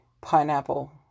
pineapple